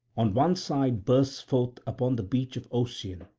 on one side bursts forth upon the beach of ocean,